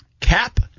cap